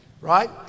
right